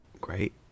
Great